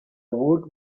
woot